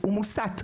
הוא מוסת,